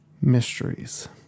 mysteries